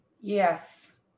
yes